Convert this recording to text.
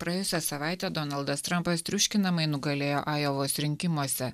praėjusią savaitę donaldas trampas triuškinamai nugalėjo ajovos rinkimuose